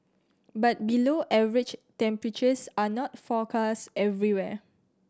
but below average temperatures are not forecast everywhere